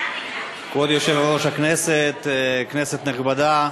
כבוד יושב-ראש הכנסת, כנסת נכבדה,